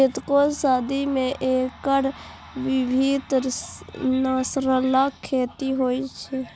कतेको सदी सं एकर विभिन्न नस्लक खेती होइ छै